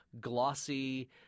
glossy